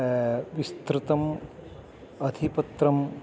विस्तृतम् अधिपत्रं